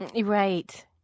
Right